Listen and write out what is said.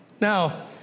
Now